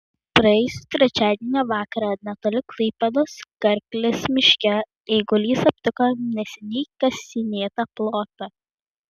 praėjusį trečiadienio vakarą netoli klaipėdos karklės miške eigulys aptiko neseniai kasinėtą plotą